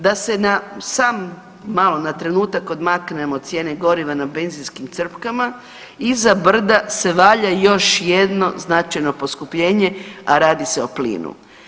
Da se na sam, malo na trenutak odmaknem od cijene goriva na benzinskim crpkama, iza brda se valja još jedno značajno poskupljenje, a radi se o plinu.